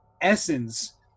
essence